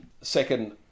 second